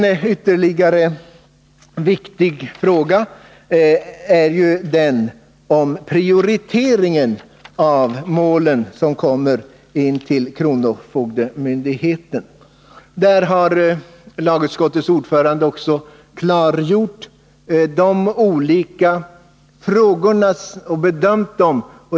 Ytterligare en viktig fråga gäller prioriteringen av de mål som kommer till kronofogdemyndigheten. Lagutskottets ordförande har klargjort de olika frågorna och bedömt dem.